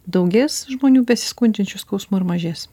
daugės žmonių besiskundžiančių skausmu ar mažės